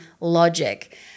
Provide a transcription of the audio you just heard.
logic